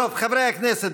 חברי הכנסת,